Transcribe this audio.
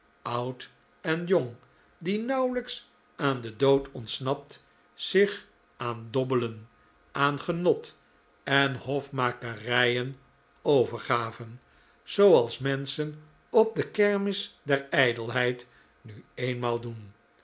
oud en jong die nauwelijks aan den dood ontsnapt zich aan dobbelen aan genot en hofmakerijen overgaven zooals menschen op de kermis der ijdelheid nu eenmaal doen